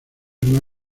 una